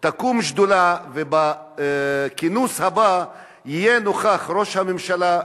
תקום שדולה, ובכינוס הבא יהיה נוכח ראש הממשלה,